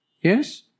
Yes